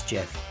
Jeff